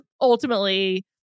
ultimately